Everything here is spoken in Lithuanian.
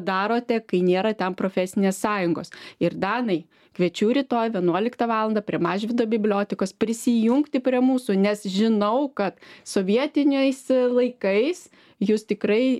darote kai nėra ten profesinės sąjungos ir danai kviečiu rytoj vienuoliktą valandą prie mažvydo bibliotekos prisijungti prie mūsų nes žinau kad sovietiniais laikais jūs tikrai